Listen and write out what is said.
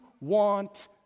want